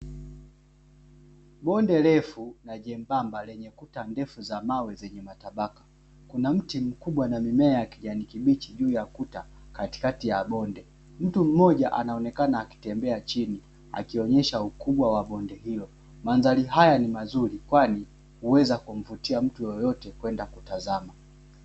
Bonde refu na jembamba lenye kuta ndefu za mawe zenye matabaka, kuna mti mkubwa na mimea ya kijani kibichi juu ya kuta katikati ya bonde. Mtu mmoja anaonekana akitembea chini, akionyesha ukubwa bonde hilo. Mandhari haya ni mazuri kwani huweza kumvutia mtu yeyote kwenda kutazama.